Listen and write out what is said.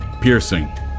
Piercing